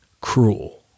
cruel